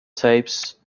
tapes